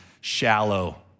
shallow